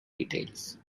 details